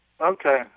Okay